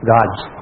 God's